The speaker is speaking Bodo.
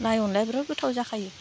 लाइ अनलाया बिरात गोथाव जाखायो